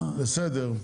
בסדר.